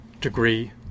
degree